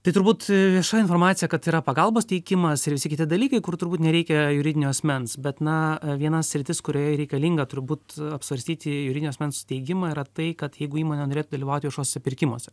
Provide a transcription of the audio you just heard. tai turbūt vieša informacija kad yra pagalbos teikimas ir visi kiti dalykai kur turbūt nereikia juridinio asmens bet na viena sritis kurioje reikalinga turbūt apsvarstyti juridinio asmens steigimą yra tai kad jeigu įmonė norėtų dalyvauti viešuosiuose pirkimuose